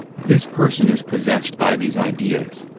this person is possessed by these ideas.